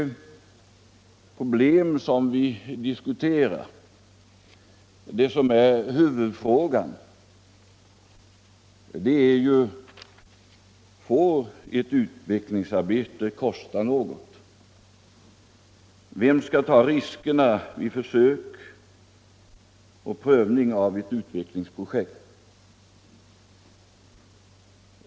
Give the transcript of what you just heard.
Kärnpunkten i det problem vi diskuterar är ju: Får ett utvecklingsarbete kosta något? Vem skall ta riskerna vid försök med och prövning av ett utvecklingsprojekt?